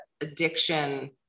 addiction